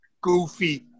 goofy